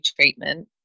treatment